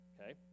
okay